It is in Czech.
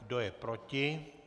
Kdo je proti?